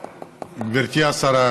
אדוני היושב-ראש,